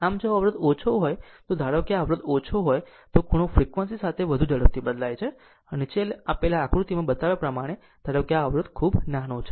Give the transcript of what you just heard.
આમ જો અવરોધ ઓછો હોય તો ધારો કે જો અવરોધ ઓછો હોય તો ખૂણો ફ્રીક્વન્સી સાથે વધુ ઝડપથી બદલાય છે નીચે આપેલા આકૃતિમાં બતાવ્યા પ્રમાણે ધારો કે આ અવરોધ ખૂબ નાનો છે